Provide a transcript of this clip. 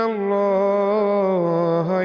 Allah